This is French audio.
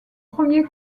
premier